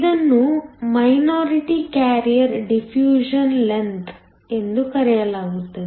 ಇದನ್ನು minority carrier diffusion length ಎಂದು ಕರೆಯಲಾಗುತ್ತದೆ